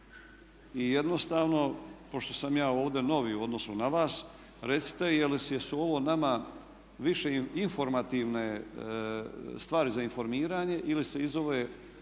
i jednostavno pošto sam ja ovdje novi u odnosu na vas recite jesu ovo nama više informativne stvari za informiranje ili se iz ove,